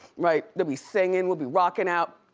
right? they'll be singing, we'll be rocking out.